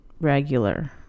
regular